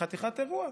זו חתיכת אירוע.